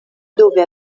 dove